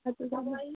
اَدٕ حظ اَدٕ حظ